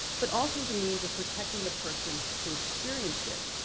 but also as a means of protecting the person who experienced it,